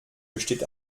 besteht